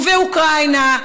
ובאוקראינה,